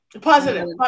positive